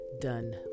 done